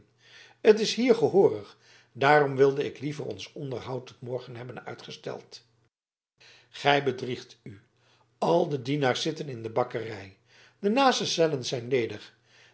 het is hier gehoorig daarom wilde ik liever ons onderhoud tot morgen hebben uitgesteld gij bedriegt u al de dienaars zitten in de bakkerij de naaste cellen zijn ledig